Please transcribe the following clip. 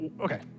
okay